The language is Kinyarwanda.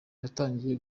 yatangiye